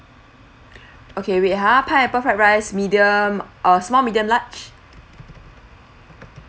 okay wait ha pineapple fried rice medium uh small medium large